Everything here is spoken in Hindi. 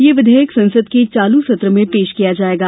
यह विधेयक संसद के चालू सत्र में पेश किया जाएगा